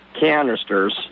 canisters